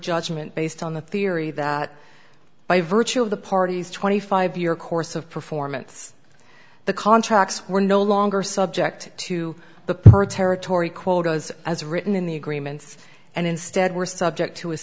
judgment based on the theory that by virtue of the parties twenty five year course of performance the contracts were no longer subject to the territory quotas as written in the agreements and instead were subject to